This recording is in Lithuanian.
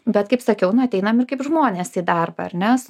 bet kaip sakiau na ateinam ir kaip žmonės į darbą ar nes